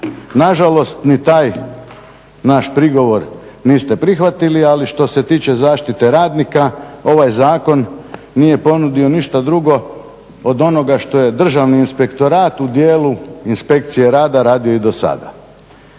Nažalost ni taj naš prigovor niste prihvatili ali što se tiče zaštite radnika ovaj zakon nije ponudio ništa drugo od onoga što je Državni inspektorat u dijelu inspekcije rada radio i do sada.